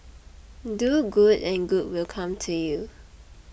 do good and good will come to you